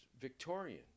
Victorian